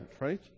right